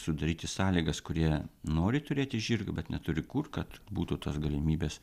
sudaryti sąlygas kurie nori turėti žirgą bet neturi kur kad būtų tos galimybės